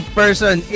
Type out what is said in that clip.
person